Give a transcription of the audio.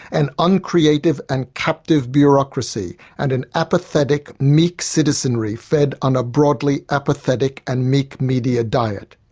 an uncreative and captive bureaucracy and an apathetic, meek citizenry fed on a broadly apathetic and meek media diet.